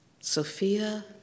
Sophia